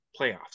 playoffs